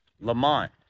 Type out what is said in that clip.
Lamont